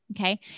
okay